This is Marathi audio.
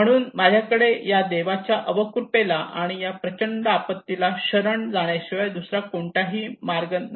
म्हणून माझ्याकडे या देवाच्या अवकृपेला आणि या प्रचंड आपत्तीला शरण जाण्याशिवाय दुसरा कोणताही मार्ग नाही